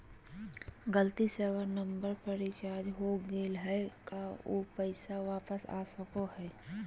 गलती से अलग नंबर पर रिचार्ज हो गेलै है का ऊ पैसा वापस आ सको है?